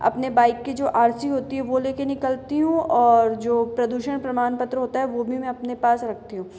अपने बाइक की जो आर सी होती है वो लेके निकलती हूँ और जो प्रदूषण प्रमाण पत्र होता है वो भी मैं अपने पास रखती हूँ